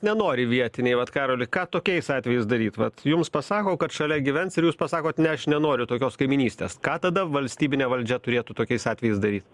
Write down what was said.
nenori vietiniai vat karoli ką tokiais atvejais daryt vat jums pasako kad šalia gyvens ir jūs pasakot ne aš nenoriu tokios kaimynystės ką tada valstybinė valdžia turėtų tokiais atvejais daryt